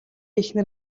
эхнэр